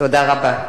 תודה רבה.